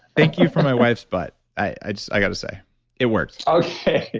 thank you for my wife's butt. i i got to say it works okay.